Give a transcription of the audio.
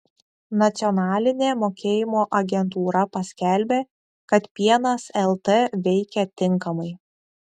nacionalinė mokėjimo agentūra paskelbė kad pienas lt veikia tinkamai